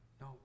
No